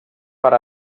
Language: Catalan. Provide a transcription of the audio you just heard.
per